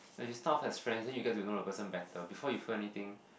like you start off as friends then you get to know the person better before you feel anything